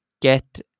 get